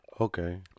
Okay